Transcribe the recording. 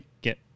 get